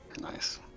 Nice